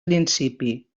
principi